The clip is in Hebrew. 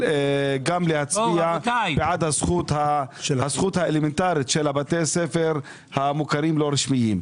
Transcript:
גם להצביע בעד הזכות האלמנטרית של בתי הספר המוכרים לא רשמיים.